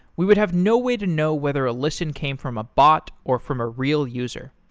we would have no way to know whether a listen came from a bot, or from a real user.